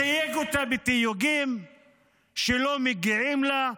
תייג אותה בתיוגים שלא מגיעים לה,